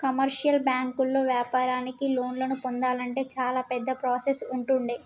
commercial బ్యాంకుల్లో వ్యాపారానికి లోన్లను పొందాలంటే చాలా పెద్ద ప్రాసెస్ ఉంటుండే